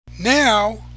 Now